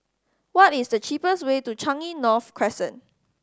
what is the cheapest way to Changi North Crescent